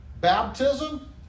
Baptism